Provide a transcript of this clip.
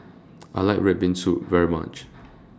I like Red Bean Soup very much